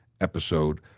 episode